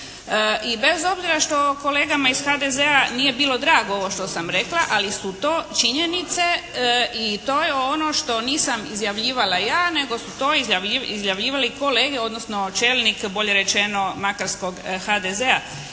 I bez obzira što kolegama iz HDZ-a nije bilo drago ovo što sam rekla, ali su to činjenice i to je ono što nisam izjavljivala ja, nego su to izjavljivali kolege, odnosno čelnik bolje rečeno makarskog HDZ-a